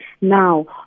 now